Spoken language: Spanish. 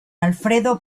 alfredo